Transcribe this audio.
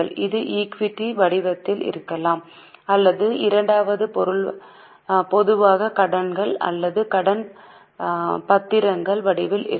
இது ஈக்விட்டி வடிவத்தில் இருக்கலாம் அல்லது இரண்டாவதாக பொதுவாக கடன்கள் அல்லது கடன் பத்திரங்கள் வடிவில் இருக்கும்